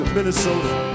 Minnesota